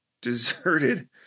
Deserted